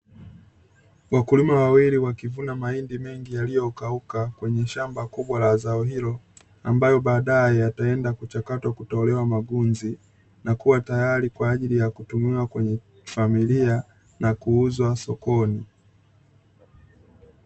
Wakulima wawili wakivuna mahindi mengi yaliyokauka kwenye shamba kubwa la zao hilo, ambayo baadae yataenda kuchakatwa kutolewa magunzi, na kuwa tayari kwa ajili ya kutumiwa kwenye familia, na kuuzwa sokoni.